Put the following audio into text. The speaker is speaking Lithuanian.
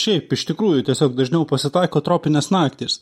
šiaip iš tikrųjų tiesiog dažniau pasitaiko tropinės naktys